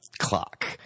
clock